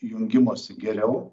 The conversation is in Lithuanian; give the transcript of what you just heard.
jungimosi geriau